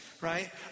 right